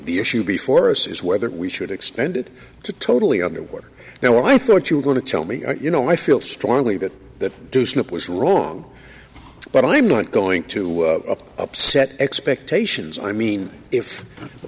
the issue before us is whether we should extend it to totally under water now i thought you were going to tell me you know i feel strongly that that to snape was wrong but i'm not going to upset expectations i mean if the